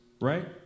right